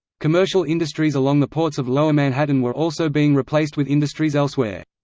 commercial industries along the ports of lower manhattan were also being replaced with industries elsewhere.